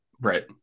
Right